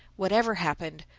whatever happened,